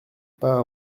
pas